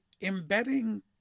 embedding